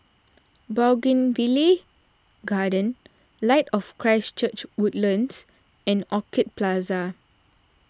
Bougainvillea Garden Light of Christ Church Woodlands and Orchid Plaza